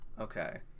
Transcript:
Okay